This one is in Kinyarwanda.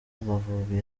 amavubi